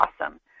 awesome